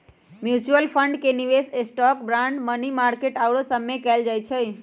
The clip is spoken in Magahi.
म्यूच्यूअल फंड के निवेश स्टॉक, बांड, मनी मार्केट आउरो सभमें कएल जाइ छइ